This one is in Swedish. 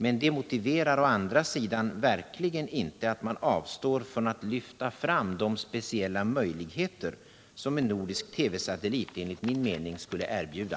Men det motiverar å andra sidan verkligen inte att man avstår från att lyfta fram de speciella möjligheter som en nordisk TV-satellit enligt min mening skulle erbjuda.